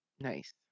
Nice